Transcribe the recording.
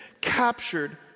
captured